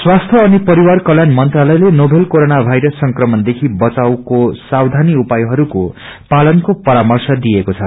स्वास्थ्य अनि परिवार कल्याण मंत्रालयले नोवकल कोरोन वायरस संक्रमणदेखि बचावको सावधी उपायहरूको पालनको परार्मश दिएको छ